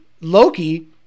Loki